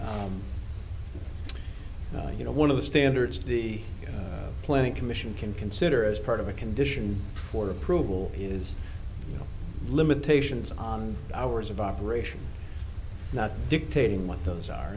well you know one of the standards the planning commission can consider as part of a condition for approval is limitations on hours of operation not dictating what those are